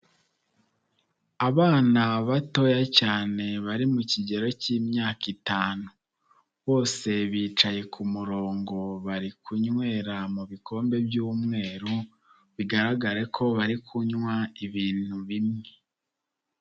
Abana batoya cyane bari mu kigero cy'imyaka itanu, bose bicaye ku murongo bari kunywera mu bikombe by'umweru bigaragare ko bari kunywa ibintu bimwe.